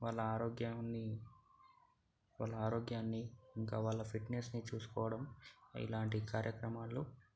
వాళ్ళ ఆరోగ్యాన్ని వాళ్ళ ఆరోగ్యాన్ని ఇంకా వాళ్ళ ఫిట్నెస్ని చూసుకోవడం ఇలాంటి కార్యక్రమాలు